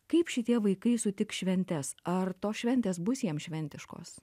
kaip šitie vaikai sutiks šventes ar tos šventės bus jiems šventiškos